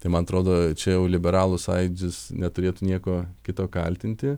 tai man atrodo čia jau liberalų sąjūdis neturėtų nieko kito kaltinti